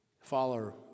Follow